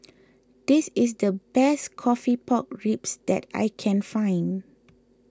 this is the best Coffee Pork Ribs that I can find